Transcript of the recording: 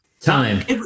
Time